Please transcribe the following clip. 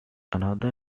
another